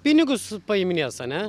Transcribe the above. pinigus paiminės ane